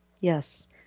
Yes